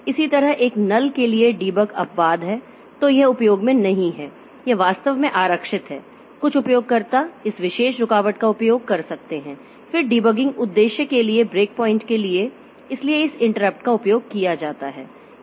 इसी तरह एक नल के लिए डिबग अपवाद है तो यह उपयोग में नहीं है यह वास्तव में आरक्षित है कुछ उपयोगकर्ता इस विशेष रुकावट का उपयोग कर सकते हैं फिर डिबगिंग उद्देश्य के लिए ब्रेकपॉइंट के लिए इसलिए इस इंटरप्ट का उपयोग किया जाता है